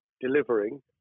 delivering